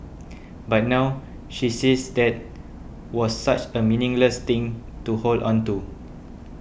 but now she says that was such a meaningless thing to hold on to